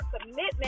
commitment